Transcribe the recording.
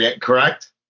correct